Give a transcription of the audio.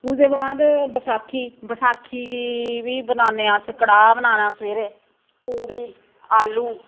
उसदे बाद बसाखी बसाखी गी बी बनाने अस कड़ाह् बनाना सबैह्रे पूड़ी आलू